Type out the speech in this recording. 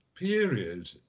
Period